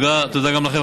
תודה גם לכם,